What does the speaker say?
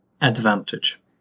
advantage